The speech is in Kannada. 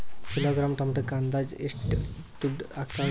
ಕಿಲೋಗ್ರಾಂ ಟೊಮೆಟೊಕ್ಕ ಅಂದಾಜ್ ಎಷ್ಟ ದುಡ್ಡ ಅಗತವರಿ?